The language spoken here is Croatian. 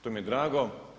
To mi je drago.